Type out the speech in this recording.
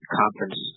conference